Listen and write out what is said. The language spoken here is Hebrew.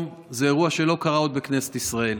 זה אירוע שלא קרה עוד בכנסת ישראל.